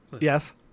Yes